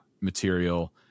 material